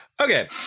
Okay